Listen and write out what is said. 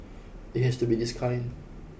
it has to be this kind